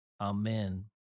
amen